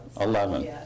Eleven